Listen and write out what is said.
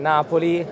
Napoli